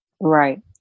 Right